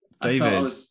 David